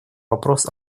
вопрос